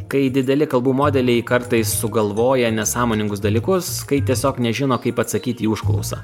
kai dideli kalbų modeliai kartais sugalvoja nesąmoningus dalykus kai tiesiog nežino kaip atsakyti į užklausą